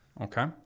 Okay